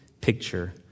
picture